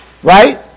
Right